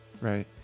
right